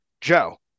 Joe